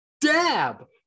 dab